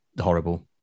horrible